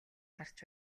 гарч